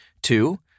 Two